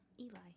Eli